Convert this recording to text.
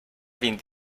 vint